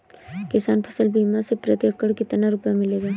किसान फसल बीमा से प्रति एकड़ कितना रुपया मिलेगा?